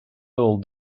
all